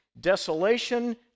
desolation